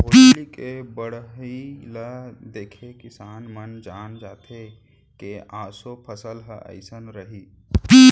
भोजली के बड़हई ल देखके किसान मन जान जाथे के ऑसो फसल ह अइसन रइहि